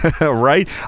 Right